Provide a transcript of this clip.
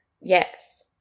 Yes